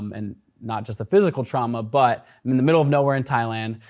um and not just the physical trauma, but i'm in the middle of nowhere in thailand,